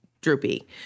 droopy